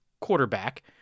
quarterback